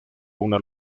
una